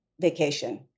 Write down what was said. vacation